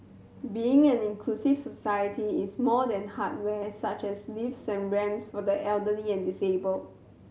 being an inclusive society is more than hardware such as lifts and ramps for the elderly and disabled